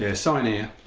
ah sign here.